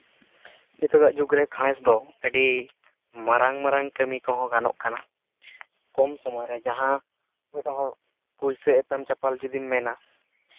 ᱱᱮᱛᱚᱜᱟᱜ ᱡᱩᱜᱽ ᱨᱮ ᱥᱟᱬᱮᱥ ᱫᱚ ᱟᱹᱰᱤ ᱢᱟᱨᱟᱝ ᱢᱟᱨᱟᱝ ᱠᱟᱹᱢᱤ ᱠᱚᱦᱚᱸ ᱜᱟᱱᱚᱜ ᱠᱟᱱᱟ ᱠᱚᱢ ᱥᱚᱢᱚᱭ ᱨᱮ ᱡᱟᱦᱟᱸ ᱢᱤᱫ ᱦᱚᱲ ᱯᱚᱭᱥᱟ ᱮᱯᱮᱢ ᱪᱟᱯᱟᱞ ᱡᱩᱫᱤᱢ ᱢᱮᱱᱟ